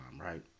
right